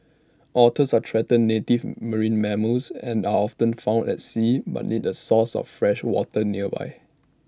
otters are threatened native marine mammals and are often found at sea but need A source of fresh water nearby